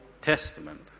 Testament